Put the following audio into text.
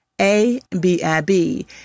A-B-I-B